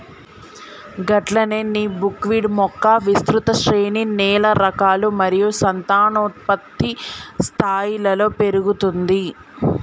గట్లనే నీ బుక్విట్ మొక్క విస్తృత శ్రేణి నేల రకాలు మరియు సంతానోత్పత్తి స్థాయిలలో పెరుగుతుంది